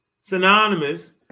synonymous